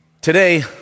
Today